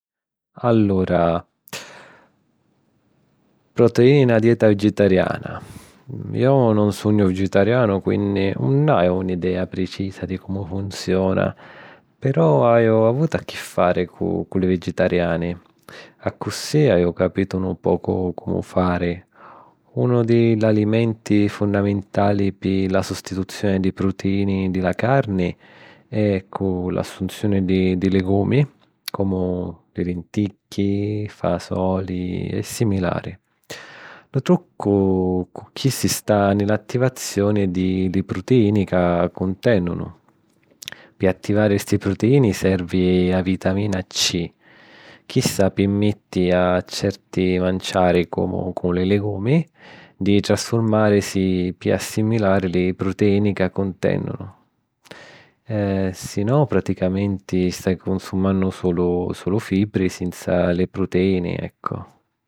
Allura, protiniini na dieta vigitariana. mmm, jo nun sugnu vigitarianu, quinni nun haiu n'idèa pricisa di comu funziona, però haiu avuto a chi fari cu li vigitariani. Accussì haiu caputo nu pocu comu fari. Unu di l'alimenti funnamintali pi la sustituzioni dî prutiini di la carni è cu l'assunzioni di ligumi comu li lenticchi, fasuoli e similari. Lu trucco cu chisti sta 'nta l'attivazzioni di li prutiini ca cuntenunu. Pi attivari sti prutiini servi a vitamina Ci. Chista pirmetti a certi manciari comu li ligumi di trasfurmàrisi pi assimilari li prutiini ca cuntèninu si no praticamenti stai cunzumannu sulu i fibbre sinza li pruteine.